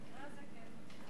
במקרה הזה כן.